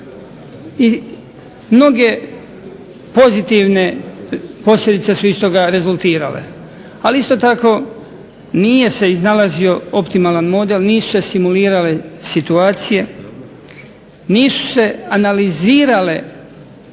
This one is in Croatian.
i mnoge pozitivne posljedice su iz toga rezultirale. Ali isto tako nije se iznalazio optimalan model, nisu se simulirale situacije, nisu se analizirale detaljno